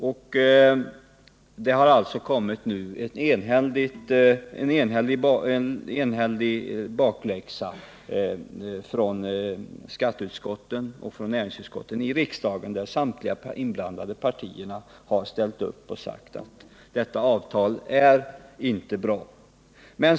Och det har nu kommit en enhällig bakläxa från skatteoch näringsutskotten i riksdagen, där samtliga inblandade partier ställt upp och sagt att avtalet inte är bra.